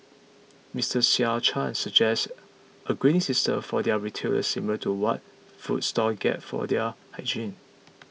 Mister Sean Chan suggests a grading system for their retailers similar to what food stalls get for their hygiene